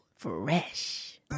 Fresh